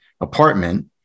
apartment